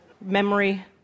memory